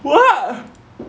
!wah!